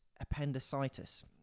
appendicitis